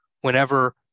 whenever